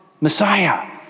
Messiah